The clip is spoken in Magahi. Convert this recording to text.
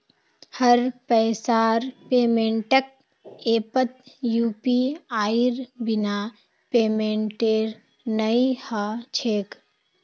हर पैसार पेमेंटक ऐपत यूपीआईर बिना पेमेंटेर नइ ह छेक